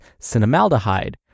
cinnamaldehyde